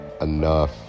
enough